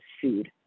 sued